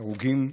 להרוגים,